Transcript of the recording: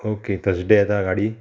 okay Thursday येता गाडी